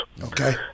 Okay